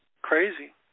crazy